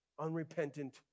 unrepentant